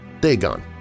Dagon